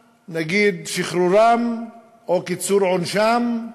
נגיד, שחרורם או קיצור עונשם,